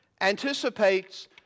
anticipates